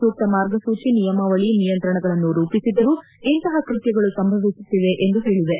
ಸೂಕ್ತ ಮಾರ್ಗಸೂಚಿ ನಿಯಮಾವಳಿ ನಿಯಂತ್ರಣಗಳನ್ನು ರೂಪಿಸಿದ್ದರೂ ಇಂತಹ ಕೃತ್ಯಗಳು ಸಂಭವಿಸುತ್ತಿವೆ ಎಂದು ಹೇಳಿವೆ